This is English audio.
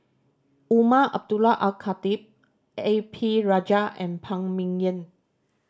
Umar Abdullah Al Khatib A P Rajah and Phan Ming Yen